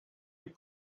and